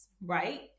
right